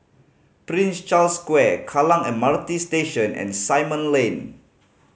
Prince Charles Square Kallang M R T Station and Simon Lane